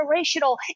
generational